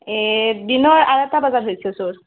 এ দিনৰ আঢ়ৈটা বজাত হৈছিল চুৰ